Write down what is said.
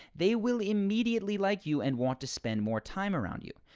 they will immediately like you and want to spend more time around you.